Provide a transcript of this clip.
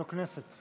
לאיזו כנסת?